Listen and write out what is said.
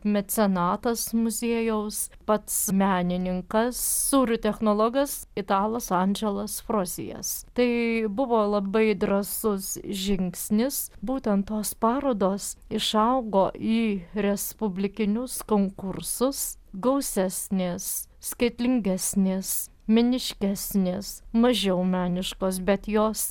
mecenatas muziejaus pats menininkas sūrių technologas italas andželas frozijas tai buvo labai drąsus žingsnis būtent tos parodos išaugo į respublikinius konkursus gausesnės skaitlingesnės meniškesnės mažiau meniškos bet jos